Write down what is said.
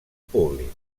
públic